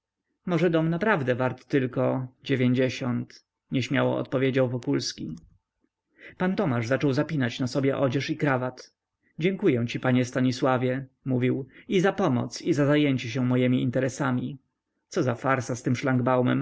może dom naprawdę wart tylko dziewięćdziesiąt nieśmiało odpowiedział wokulski pan tomasz zaczął zapinać na sobie odzież i krawat dziękuję ci panie stanisławie mówił i za pomoc i zajęcie się mojemi interesami co za farsa z tym szlangbaumem